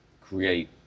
create